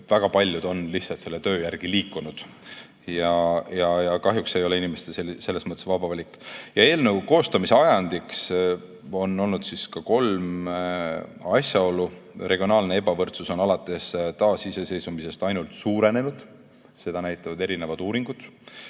Väga paljud on lihtsalt selle töö järgi liikunud. Kahjuks ei ole see selles mõttes inimeste vaba valik. Eelnõu koostamise ajendiks on olnud kolm asjaolu. Regionaalne ebavõrdsus on alates taasiseseisvumisest ainult suurenenud. Seda näitavad mitmed uuringud.